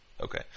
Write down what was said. okay